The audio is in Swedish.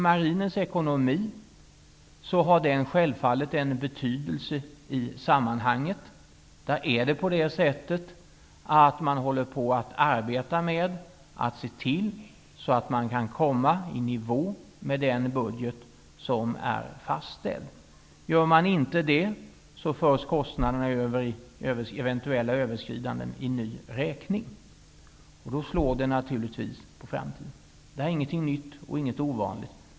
Marinens ekonomi har självfallet en betydelse i sammanhanget. Där arbetar man för att komma i nivå med den budget som är fastställd. Om man inte gör det förs eventuella överskridande kostnaderna över i ny räkning. Då slår det naturligtvis på framtiden. Det är inget nytt och inget ovanligt.